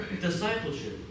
discipleship